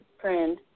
friend